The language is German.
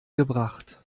gebracht